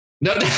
No